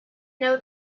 know